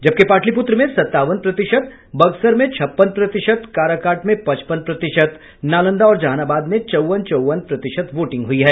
जबकि पाटलिपुत्र में सत्तावन प्रतिशत बक्सर में छप्पन प्रतिशत काराकाट में पचपन प्रतिशत नालंदा और जहानाबाद में चौवन चौवन प्रतिशत वोटिंग हुई है